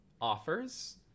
offers